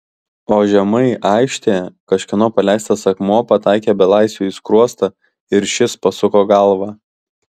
o žemai aikštėje kažkieno paleistas akmuo pataikė belaisviui į skruostą ir šis pasuko galvą